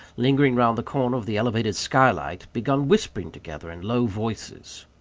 lingering round the corner of the elevated skylight, began whispering together in low voices.